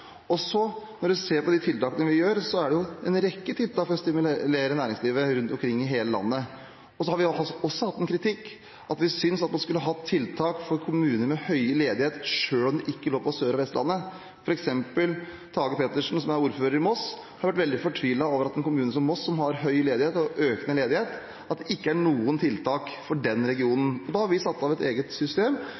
landet. Så har vi også fått kritikk for at vi synes man skulle hatt tiltak for kommuner med høy ledighet selv om de ikke ligger på Sør- eller Vestlandet. For eksempel har Tage Pettersen, som er ordfører i Moss, vært veldig fortvilet over at det for den regionen og en kommune som Moss, som har høy – og økende – ledighet, ikke er noen tiltak. Vi har satt av et eget system